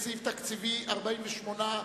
לסעיף 48,